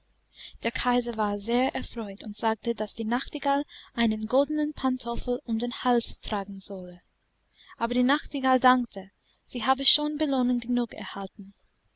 der kaiser war sehr erfreut und sagte daß die nachtigall einen goldenen pantoffel um den hals tragen solle aber die nachtigall dankte sie habe schon belohnung genug erhalten